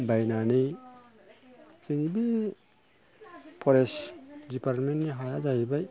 बायनानै जोंबो फरेस्ट डिपार्टमेन्टनि हाया जाहैबाय